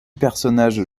personnages